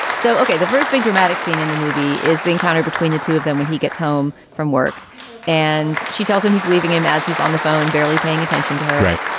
so. okay the first big dramatic scene in the movie is the encounter between the two of them. when he gets home from work and she tells him he's leaving him as he's on the phone, barely paying attention to her right